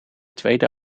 tweede